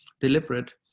deliberate